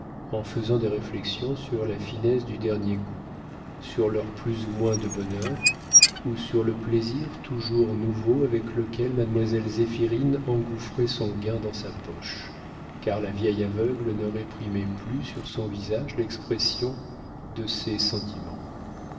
en faisant des réflexions sur la finesse du dernier coup sur leur plus ou moins de bonheur ou sur le plaisir toujours nouveau avec lequel mademoiselle zéphirine engouffrait son gain dans sa poche car la vieille aveugle ne réprimait plus sur son visage l'expression de ses sentiments